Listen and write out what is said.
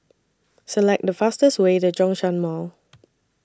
Select The fastest Way to Zhongshan Mall